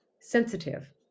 Sensitive